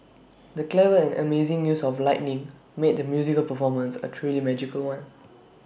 the clever and amazing use of lighting made the musical performance A truly magical one